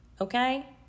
okay